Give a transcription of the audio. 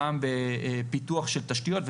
פעם בפיתוח של תשתיות,